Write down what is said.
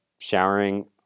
showering